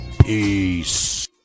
Peace